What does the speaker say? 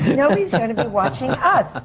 nobody's gonna be watching us.